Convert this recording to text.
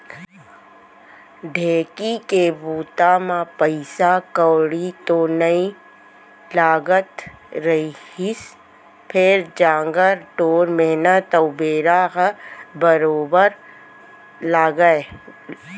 ढेंकी के बूता म पइसा कउड़ी तो नइ लागत रहिस फेर जांगर टोर मेहनत अउ बेरा ह बरोबर लागय